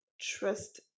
trust